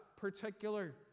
particular